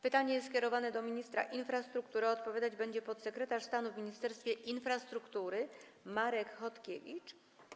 Pytanie jest skierowane do ministra infrastruktury, a odpowiadać będzie podsekretarz stanu w Ministerstwie Infrastruktury Marek Chodkiewicz.